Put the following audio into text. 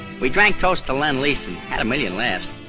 we drank toast to lend leasin', had a million laughs.